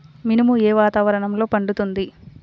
మినుము ఏ వాతావరణంలో పండుతుంది?